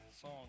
song